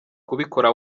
kubikora